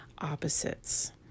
Opposites